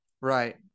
right